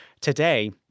today